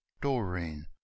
Doreen